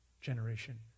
generation